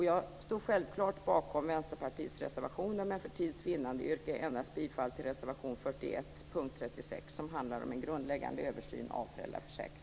Jag står självklart bakom Vänsterpartiets reservationer, men för tids vinnande yrkar jag endast bifall till reservation 41, punkt